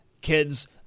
kids